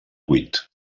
cuit